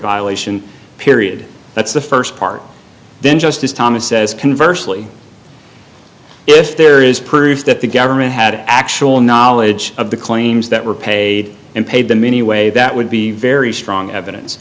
violation period that's the first part then justice thomas says can virtually if there is proof that the government had actual knowledge of the claims that were paid and paid them anyway that would be very strong evidence